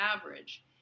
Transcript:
average